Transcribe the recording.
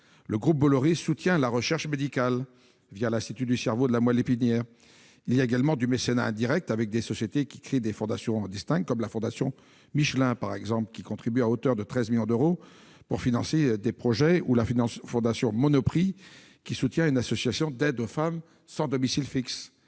le groupe Bolloré soutient la recherche médicale l'Institut du cerveau et de la moelle épinière. Il y a également du mécénat indirect, avec des sociétés qui créent des fondations distinctes : c'est ainsi que la fondation Michelin contribue à hauteur de 13 millions d'euros au financement de projets et que la fondation Monoprix soutient une association d'aide aux femmes sans domicile fixe.